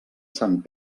sant